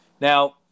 now